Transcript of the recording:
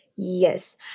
Yes